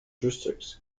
districts